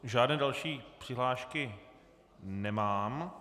Žádné další přihlášky nemám.